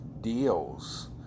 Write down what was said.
deals